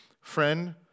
Friend